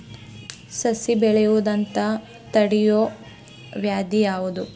ಸಸಿ ಬೆಳೆಯದಂತ ತಡಿಯೋ ವ್ಯಾಧಿ ಯಾವುದು ರಿ?